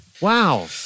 Wow